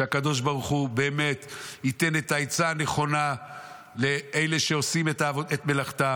שהקדוש ברוך הוא באמת ייתן את העצה הנכונה לאלה שעושים את מלאכתם.